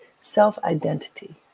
self-identity